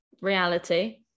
reality